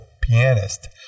pianist